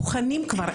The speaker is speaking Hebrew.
שכבר מוכנים.